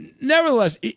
Nevertheless